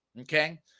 Okay